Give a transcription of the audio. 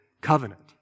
covenant